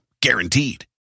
Guaranteed